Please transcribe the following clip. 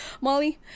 Molly